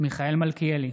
מיכאל מלכיאלי,